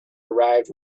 arrived